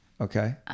Okay